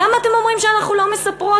למה אתם אומרים שאנחנו לא מספרות?